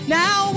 now